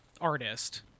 artist